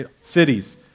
cities